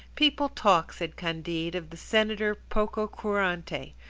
people talk, said candide, of the senator pococurante,